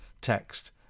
text